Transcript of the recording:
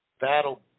that'll